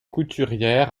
couturière